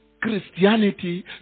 Christianity